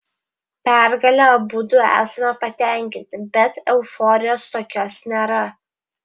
pergale abudu esame patenkinti bet euforijos tokios nėra